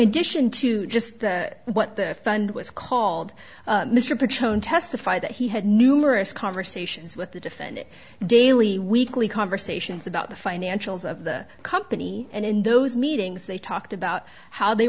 addition to just what that fund was called mr pic shown testified that he had numerous conversations with the defendant daily weekly conversations about the financials of the company and in those meetings they talked about how they